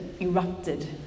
erupted